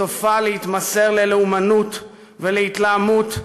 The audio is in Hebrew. סופה להתמסר ללאומנות ולהתלהמות,